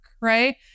right